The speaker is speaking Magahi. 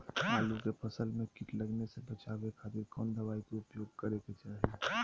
आलू के फसल में कीट लगने से बचावे खातिर कौन दवाई के उपयोग करे के चाही?